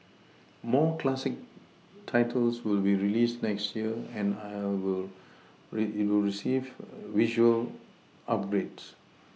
more Classic titles will be released next year and have will receive visual upgrades